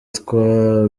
twa